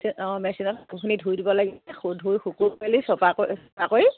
অঁ মেচিনত কাপোৰ ধুই দিব লাগে ধুই মেলি চফা কৰি চফা কৰি